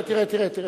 תראה, תראה, תראה.